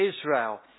Israel